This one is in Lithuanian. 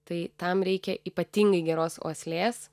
tai tam reikia ypatingai geros uoslės